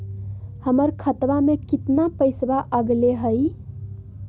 हमर खतवा में कितना पैसवा अगले हई?